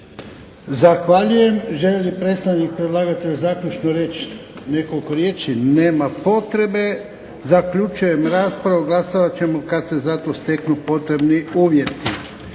Zahvaljujem. Želi li predstavnik predlagatelja zaključno reći nekoliko riječi? Nema potrebe. Zaključujem raspravu. Glasovat ćemo kad se za to steknu potrebni uvjeti.